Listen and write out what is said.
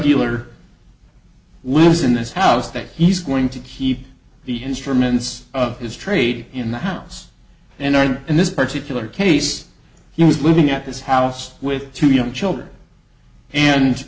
dealer lives in this house that he's going to keep the instruments of his trade in the house and in this particular case he was living at his house with two young children and